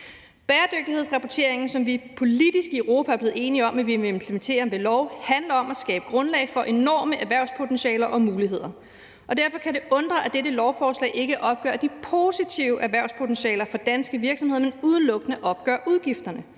Bæredygtighedsrapporteringen, som vi politisk er blevet enige om i Europa at vi vil implementere ved lov, handler om at skabe grundlag for enorme erhvervspotentialer og -muligheder, og derfor kan det undre, at det her lovforslag ikke opgør de positive erhvervspotentialer for danske virksomheder, men udelukkende opgør udgifterne.